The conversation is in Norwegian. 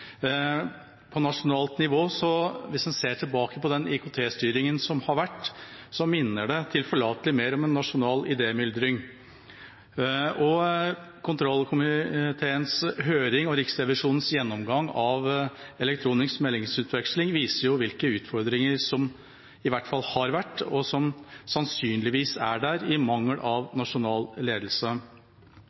På nasjonalt nivå, hvis en ser tilbake på den IKT-styringen som har vært, minner det tilforlatelig mer om en nasjonal idémyldring. Kontrollkomiteens høring og Riksrevisjonens gjennomgang av elektronisk meldingsutveksling viser hvilke utfordringer som i hvert fall har vært, og som sannsynligvis er der, i mangel av nasjonal ledelse.